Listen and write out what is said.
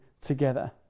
together